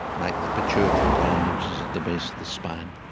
like the pituitary gland, which is at the base of the spine.